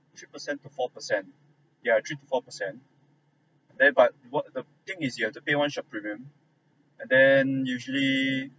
three percent to four percent yeah three to four percent there but what the thing is you have to pay one shot premium and then usually